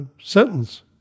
sentence